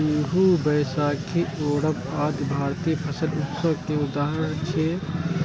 बीहू, बैशाखी, ओणम आदि भारतीय फसल उत्सव के उदाहरण छियै